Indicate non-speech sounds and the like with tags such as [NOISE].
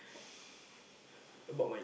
[BREATH]